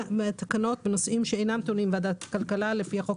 תקנות שאינן טעונות אישור ועדת הכלכלה לפי החוק